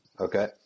okay